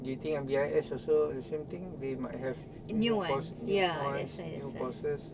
do you think M_D_I_S also the same thing they might have new course new ones new courses